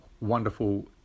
wonderful